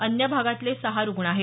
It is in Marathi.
अन्य भागातले सहा रुग्ण आहेत